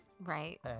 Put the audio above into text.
Right